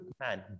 man